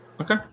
Okay